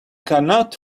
cannot